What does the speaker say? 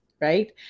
Right